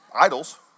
Idols